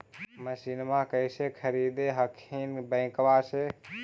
मसिनमा कैसे खरीदे हखिन बैंकबा से?